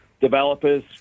developers